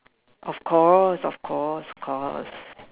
of course of course course